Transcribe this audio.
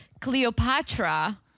Cleopatra